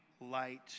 light